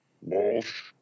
Walsh